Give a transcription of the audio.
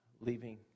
leaving